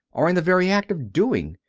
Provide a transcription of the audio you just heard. or in the very act of doing.